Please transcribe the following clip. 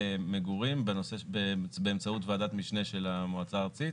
למגורים באמצעות ועדת משנה של המועצה הארצית,